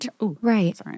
Right